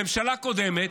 ממשלה קודמת,